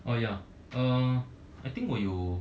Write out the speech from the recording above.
oh ya uh I think 我有